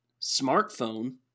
smartphone